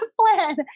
plan